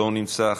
לא נמצא,